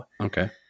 Okay